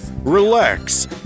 Relax